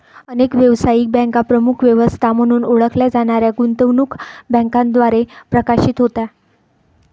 अनेक व्यावसायिक बँका प्रमुख व्यवस्था म्हणून ओळखल्या जाणाऱ्या गुंतवणूक बँकांद्वारे प्रशासित होत्या